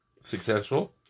successful